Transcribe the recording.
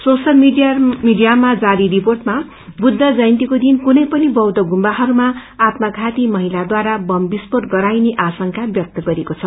social मीडियामा जारी रिर्पोटमा बुद्ध जयनतीको दिन कुनै पनि बौद्द गुम्बाहरूमा आत्मघाती महिलाद्वारा बम विरूफोट गराइने आशंका व्यक्त गरिएको छ